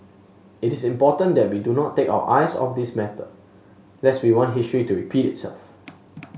it is important that we do not take our eyes off this matter lest we want history to repeat itself